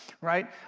right